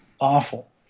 awful